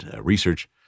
research